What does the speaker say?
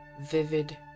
vivid